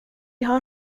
har